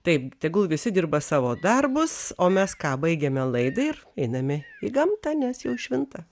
taip tegul visi dirba savo darbus o mes ką baigėme laida ir einame į gamtą nes jau švinta